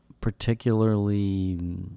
particularly